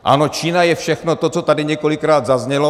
Ano, Čína je všechno to, co tady několikrát zaznělo.